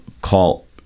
call